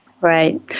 Right